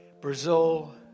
Brazil